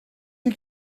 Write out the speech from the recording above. you